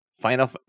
final